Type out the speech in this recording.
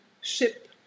ship